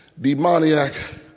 demoniac